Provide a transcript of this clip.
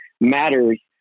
matters